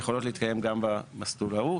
יכול להתקיים גם במסלול ההוא.